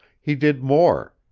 he did more.